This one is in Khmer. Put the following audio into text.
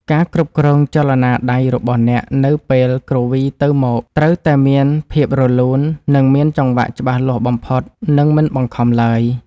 ការគ្រប់គ្រងចលនាដៃរបស់អ្នកនៅពេលគ្រវីទៅមកត្រូវតែមានភាពរលូន និងមានចង្វាក់ច្បាស់លាស់បំផុត និងមិនបង្ខំឡើយ។